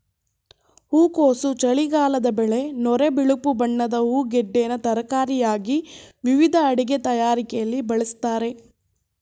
ಹೂಕೋಸು ಚಳಿಗಾಲದ ಬೆಳೆ ನೊರೆ ಬಿಳುಪು ಬಣ್ಣದ ಹೂಗೆಡ್ಡೆನ ತರಕಾರಿಯಾಗಿ ವಿವಿಧ ಅಡಿಗೆ ತಯಾರಿಕೆಲಿ ಬಳಸ್ತಾರೆ